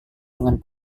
dengan